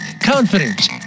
confidence